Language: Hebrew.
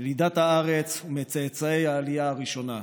ילידת הארץ ומצאצאי העלייה הראשונה.